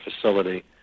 facility